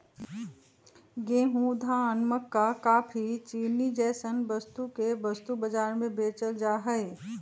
गेंहूं, धान, मक्का काफी, चीनी जैसन वस्तु के वस्तु बाजार में बेचल जा हई